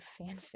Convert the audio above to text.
fanfic